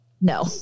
No